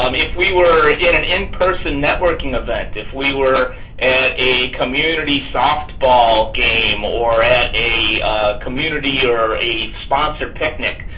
um if we were in an in-person networking event, if we were at a community softball game or at a community or a sponsored picnic,